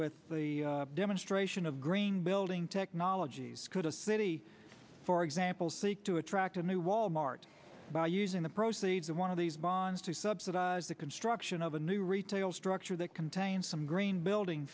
with the demonstration of green building technologies could a city for example seek to attract a new wal mart by using the proceeds of one of these bonds to subsidize the construction of a new retail structure that contains some green building